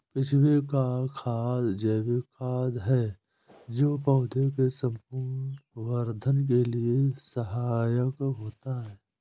केंचुए का खाद जैविक खाद है जो पौधे के संपूर्ण वर्धन के लिए सहायक होता है